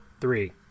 Three